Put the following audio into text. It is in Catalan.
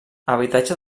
habitatge